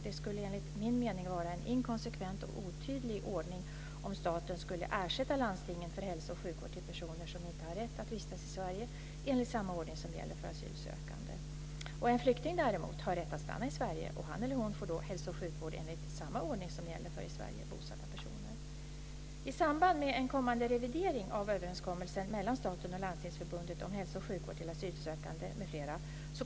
Det skulle enligt min mening vara en inkonsekvent och otydlig ordning om staten skulle ersätta landstingen för hälso och sjukvård till personer som inte har rätt att vistas i Sverige enligt samma ordning som gäller för asylsökande. En flykting däremot har rätt att stanna i Sverige, och han eller hon får då hälso och sjukvård enligt samma ordning som gäller för i Sverige bosatta personer.